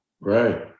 Right